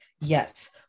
yes